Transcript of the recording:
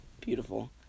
Beautiful